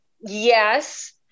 yes